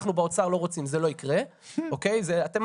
אנחנו באוצר לא רוצים, זה לא יקרה.